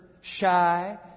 shy